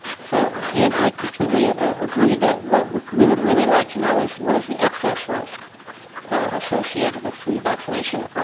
so and i completely ah ah agree that what we would really like to know is what is the excess risk associated with flu vaccination